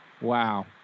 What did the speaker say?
Wow